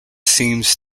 seems